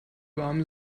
warme